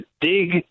dig